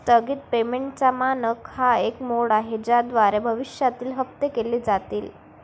स्थगित पेमेंटचा मानक हा एक मोड आहे ज्याद्वारे भविष्यातील हप्ते केले जातील